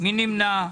מי נמנע?